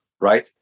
Right